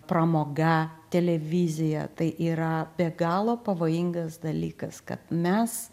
pramoga televizija tai yra be galo pavojingas dalykas kad mes